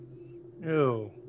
Ew